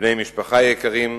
בני משפחה יקרים,